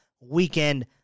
weekend